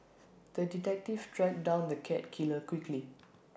the detective tracked down the cat killer quickly